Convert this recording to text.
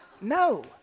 No